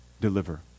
deliver